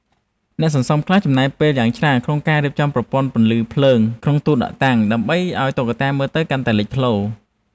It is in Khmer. អ្នកសន្សំខ្លះចំណាយពេលយ៉ាងច្រើនក្នុងការរៀបចំប្រព័ន្ធពន្លឺភ្លើងក្នុងទូដាក់តាំង ដើម្បីឱ្យតុក្កតាមើលទៅកាន់តែលេចធ្លោ។